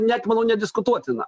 net manau nediskutuotina